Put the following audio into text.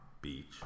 Beach